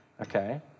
okay